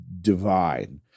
divine